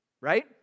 Right